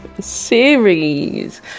series